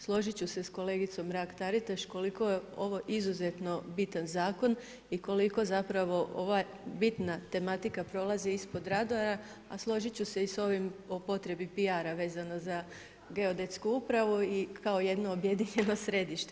Složiti ću se s kolegicom Mrak-Taritaš koliko je ovo izuzetno bitan zakon i koliko ova bitna tematika prolazi ispod radara, a složit ću se i s ovim o potrebi PR-a vezano za geodetsku upravu i kao jedno objedinjeno središte.